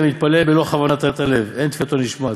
המתפלל בלא כוונת הלב אין תפילתו נשמעת,